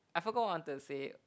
I forgot what I wanted to say